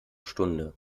stunde